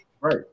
right